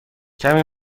کمی